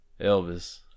Elvis